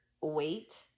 wait